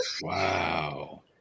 wow